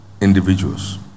individuals